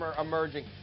emerging